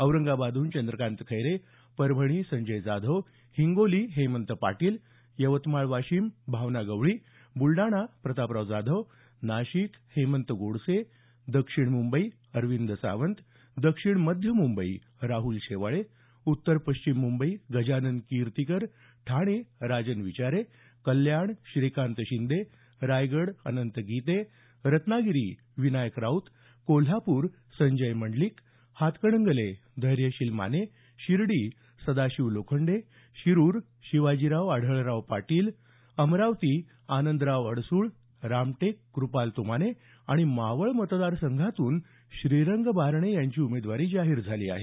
औरंगाबादहन चंद्रकांत खैरे परभणी संजय जाधव हिंगोली हेमंत पाटील यवतमाळ वाशिम भावना गवळी ब्रलडाणा प्रतापराव जाधव नाशिक हेमंत गोडसे दक्षिण मुंबई अरविंद सावंत दक्षिण मध्य मुंबई राहल शेवाळे उत्तर पश्चिम मुंबई गजानन कीर्तीकर ठाणे राजन विचारे कल्याण श्रीकांत शिंदे रायगड अनंत गिते रत्नागिरी विनायक राऊत कोल्हापूर संजय मंडलिक हातकणंगले धैर्यशील माने शिर्डी सदाशिव लोखंडे शिरूर शिवाजीराव आढळराव पाटील अमरावती आनंदराव आडसूळ रामटेक क्रपाल त्माने आणि मावळ मतदार संघातून श्रीरंग बारणे यांची उमेदवारी जाहीर झाली आहे